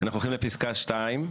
אנחנו הולכים לפסקה (2),